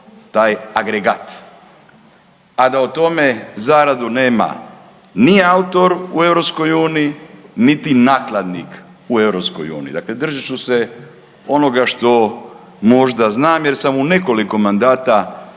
taj agregat. A da o tome zaradu nema ni autor u EU niti nakladnik u EU, dakle držat ću se onoga što možda znam jer sam u nekoliko mandata